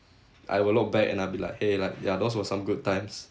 I will look back and I'll be like !hey! like ya those were some good times